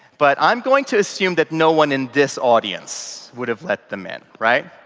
but i'm going to assume that no one in this audience would have let them in, right?